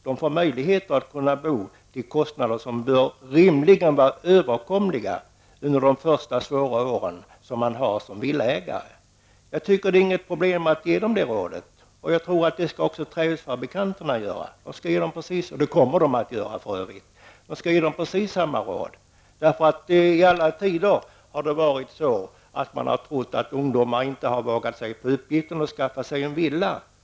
De får alltså möjlighet att bo till kostnader som rimligen bör vara överkomliga under de första svåra åren -- för så är det ju för en villaägare. Jag tycker inte att det är något problem att ge ungdomarna detta råd. Jag tror att också trähusfabrikanterna skall ge ungdomarna precis samma råd, och det kommer de för övrigt att göra. I alla tider har man ju trott att ungdomar inte skulle våga sig på uppgiften att skaffa sig en villa.